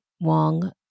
Wong